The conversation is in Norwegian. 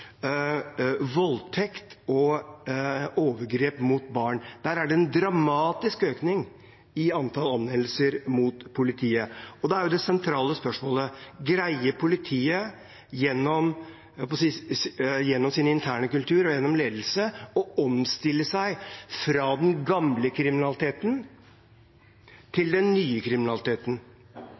voldtekt og overgrep mot barn. Der er det en dramatisk økning i antall anmeldelser til politiet. Da er det sentrale spørsmålet: Greier politiet gjennom sin interne kultur og gjennom ledelse å omstille seg fra den gamle kriminaliteten til den nye kriminaliteten?